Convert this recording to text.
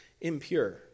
impure